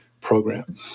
program